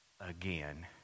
again